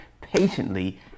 patiently